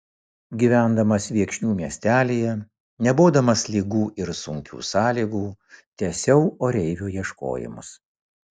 gyvendamas viekšnių miestelyje nebodamas ligų ir sunkių sąlygų tęsiau oreivio ieškojimus